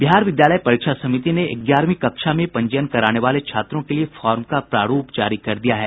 बिहार विद्यालय परीक्षा समिति ने ग्यारहवीं कक्षा में पंजीयन कराने वाले छात्रों के लिए फार्म का प्रारूप जारी कर दिया है